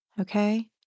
Okay